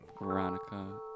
Veronica